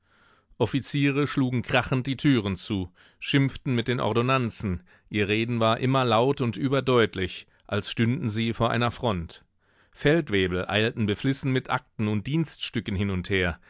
offiziere schlugen krachend die türen zu schimpften mit den ordonnanzen ihr reden war immer laut und überdeutlich als stünden sie vor einer front feldwebel eilten beflissen mit akten und dienststücken hin und her